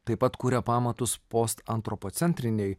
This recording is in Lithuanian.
taip pat kuria pamatus postantropocentrinei